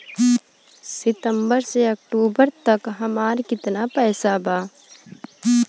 सितंबर से अक्टूबर तक हमार कितना पैसा बा?